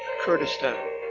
Kurdistan